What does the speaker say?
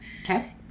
okay